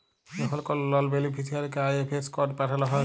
যখল কল লল বেলিফিসিয়ারিকে আই.এফ.এস কড পাঠাল হ্যয়